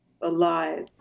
alive